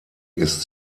ist